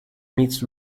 meets